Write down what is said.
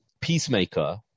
peacemaker